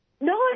No